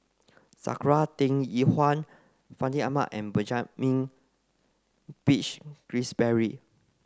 Sakura Teng Ying Hua Fandi Ahmad and Benjamin Peach Keasberry